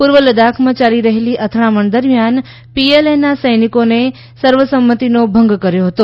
પૂર્વ લદ્દાખમાં યાલી રહેલી અથડામણ દરમિયાન પીએલએના સૈનિકોએ સર્વસંમતિનો ભંગ કર્યો હતો